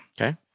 Okay